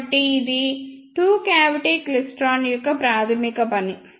కాబట్టి ఇది two cavity klystron యొక్క ప్రాథమిక పని